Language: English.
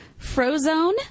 Frozone